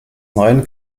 neuen